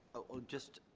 oh just